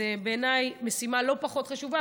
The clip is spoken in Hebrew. בעיניי זו משימה לא פחות חשובה.